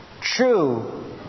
true